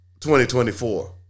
2024